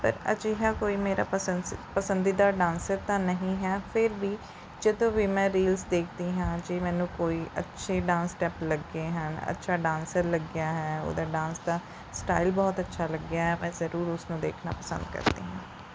ਪਰ ਅਜਿਹਾ ਕੋਈ ਮੇਰਾ ਪ੍ਰਸੰਸੀ ਪਸੰਦੀਦਾ ਡਾਂਸਰ ਤਾਂ ਨਹੀਂ ਹੈ ਫਿਰ ਵੀ ਜਦੋਂ ਵੀ ਮੈਂ ਰੀਲਜ਼ ਦੇਖਦੀ ਹਾਂ ਜੇ ਮੈਨੂੰ ਕੋਈ ਅੱਛੇ ਡਾਂਸ ਸਟੈੱਪ ਲੱਗੇ ਹਨ ਅੱਛਾ ਡਾਂਸਰ ਲੱਗਿਆ ਹੈ ਉਹਦਾ ਡਾਂਸ ਦਾ ਸਟਾਈਲ ਬਹੁਤ ਅੱਛਾ ਲੱਗਿਆ ਹੈ ਮੈਂ ਜ਼ਰੂਰ ਉਸ ਨੂੰ ਦੇਖਣਾ ਪਸੰਦ ਕਰਦੀ ਹਾਂ